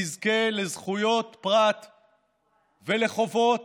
יזכה לזכויות פרט ולחובות